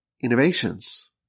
innovations